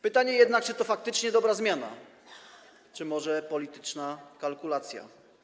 Pytanie jednak, czy to faktycznie dobra zmiana, czy może polityczna kalkulacja.